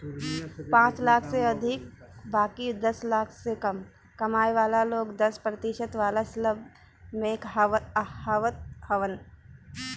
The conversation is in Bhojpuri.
पांच लाख से अधिका बाकी दस लाख से कम कमाए वाला लोग दस प्रतिशत वाला स्लेब में आवत हवन